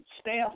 staff